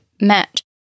met